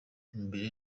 imbere